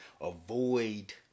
avoid